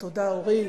תודה, אורית.